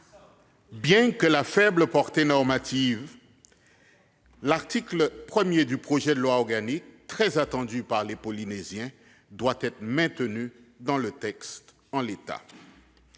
bien que de faible portée normative, l'article 1 du projet de loi organique, très attendu par les Polynésiens, doit être maintenu dans le texte en l'état.